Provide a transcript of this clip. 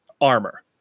armor